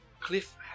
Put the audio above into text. Cliff